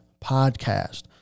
Podcast